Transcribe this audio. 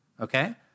okay